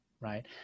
right